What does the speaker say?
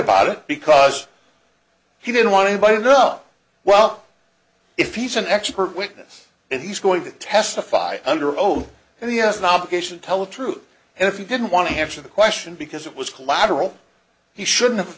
about it because he didn't want to but enough well if he's an expert witness and he's going to testify under oath and he has an obligation to tell the truth and if he didn't want to answer the question because it was collateral he shouldn't